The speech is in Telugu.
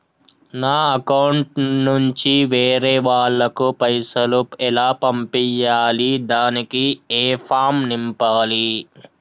నా అకౌంట్ నుంచి వేరే వాళ్ళకు పైసలు ఎలా పంపియ్యాలి దానికి ఏ ఫామ్ నింపాలి?